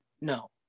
No